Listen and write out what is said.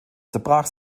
zerbrach